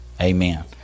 Amen